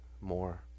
more